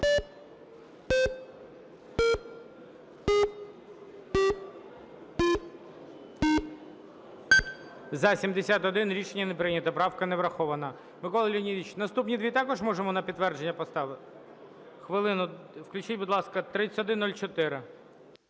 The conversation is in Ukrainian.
За-71 Рішення не прийнято. Правка не врахована.